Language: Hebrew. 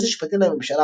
היועץ המשפטי לממשלה,